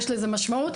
יש לזה משמעות.